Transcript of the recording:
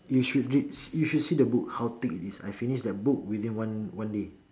you should read you should see the book how thick it is I finish that book within one one day